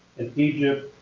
in egypt,